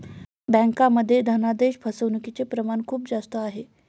बँकांमध्ये धनादेश फसवणूकचे प्रमाण खूप जास्त आहे